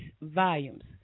volumes